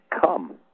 come